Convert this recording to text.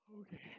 Okay